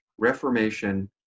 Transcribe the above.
Reformation